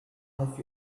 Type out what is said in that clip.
have